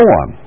on